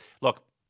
Look